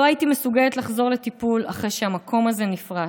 לא הייתי מסוגלת לחזור לטיפול אחרי שהמקום הזה נפרץ,